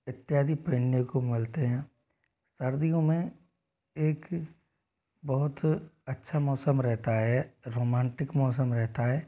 इत्यादि पहनने को मिलते हैं सर्दियों में एक बहुत अच्छा मौसम रहता है रोमांटिक मौसम रहता है